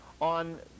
on